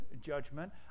judgment